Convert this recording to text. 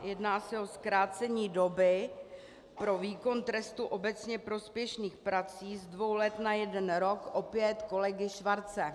Jedná se o zkrácení doby pro výkon trestu obecně prospěšných prací z dvou let na jeden rok opět kolegy Schwarze.